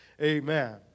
amen